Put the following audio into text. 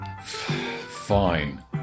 Fine